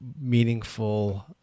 meaningful